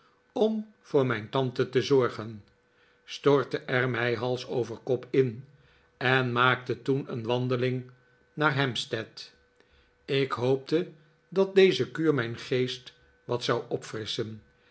om voor mijn tante te zorgen stortte er mij hals over kop in en maakte toen een wandeling naar hampstead ik hoopte dat deze kuur mijn geest wat zou opfrisschen